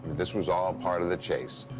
this was all part of the chase,